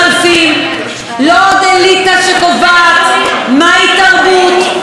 לא עוד אליטה שקובעת מהי תרבות ומה נכון שיהיה